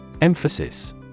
Emphasis